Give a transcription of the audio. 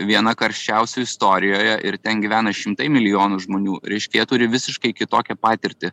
viena karščiausių istorijoje ir ten gyvena šimtai milijonų žmonių reiškia jie turi visiškai kitokią patirtį